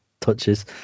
touches